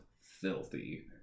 filthy